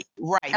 Right